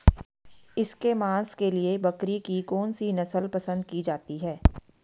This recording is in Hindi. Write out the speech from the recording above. इसके मांस के लिए बकरी की कौन सी नस्ल पसंद की जाती है?